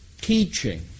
teaching